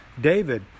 David